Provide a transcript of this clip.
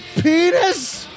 penis